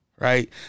Right